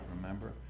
Remember